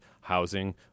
Housing